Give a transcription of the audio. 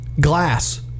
glass